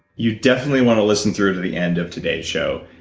you definitely want to listen through to the end of today's show,